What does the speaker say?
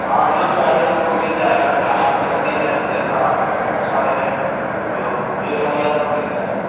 ہاں جو چاہیے آپ کو مل جائے گا ہر مچھلی ہے جیسا اچھا رہے جو جو چاہیے آپ کو مل جائے گا